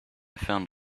found